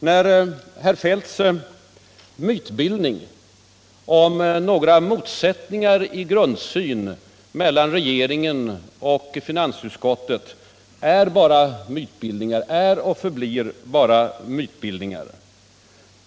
Herr Feldts mytbildning om motsättningar i grundsynen mellan 7 december 1977 regeringen och finansutskottet är och förblir bara en mytbildning.